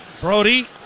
Brody